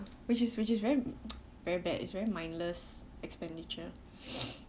which is which is very very bad it's very mindless expenditure